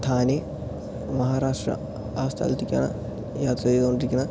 ധാനി മഹാരാഷ്ട്ര ആ സ്ഥലത്തേക്ക് ആണ് യാത്ര ചെയ്ത് കൊണ്ട് ഇരിക്കുന്നത്